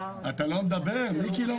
מזכירת הכנסת,